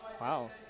Wow